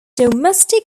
domestic